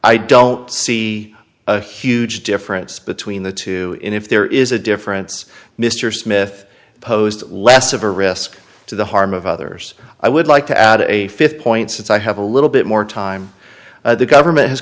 i don't see a huge difference between the two if there is a difference mr smith posed less of a risk to the harm of others i would like to add a th point since i have a little bit more time the government has